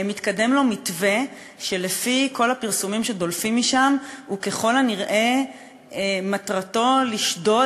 מתקדם לו מתווה שלפי כל הפרסומים שדולפים משם ככל הנראה מטרתו לשדוד